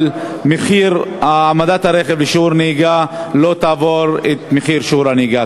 אבל מחיר העמדת הרכב למבחן נהיגה לא יעבור את מחיר שיעור הנהיגה.